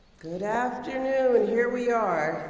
good afternoon. here we are.